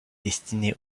destiné